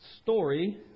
story